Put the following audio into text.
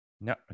No